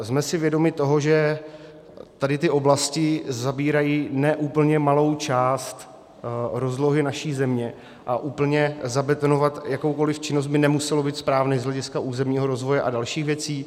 Jsme si vědomi toho, že tady ty oblasti zabírají ne úplně malou část rozlohy naší země a úplně zabetonovat jakoukoliv činnost by nemuselo být správné z hlediska územního rozvoje a dalších věcí.